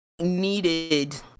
needed